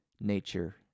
nature